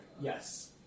Yes